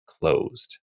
closed